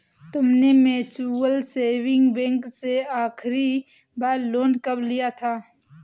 तुमने mutual saving bank से आखरी बार लोन कब लिया था?